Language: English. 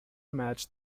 matched